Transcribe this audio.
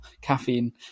Caffeine